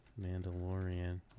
Mandalorian